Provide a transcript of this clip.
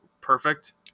perfect